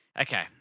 Okay